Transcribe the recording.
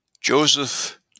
Joseph